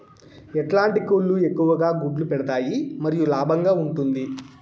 ఎట్లాంటి కోళ్ళు ఎక్కువగా గుడ్లు పెడతాయి మరియు లాభంగా ఉంటుంది?